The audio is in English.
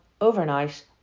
overnight